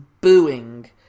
booing